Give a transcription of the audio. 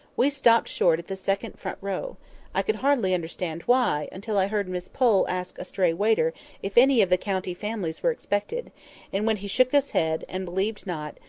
we stopped short at the second front row i could hardly understand why, until i heard miss pole ask a stray waiter if any of the county families were expected and when he shook his head, and believed not,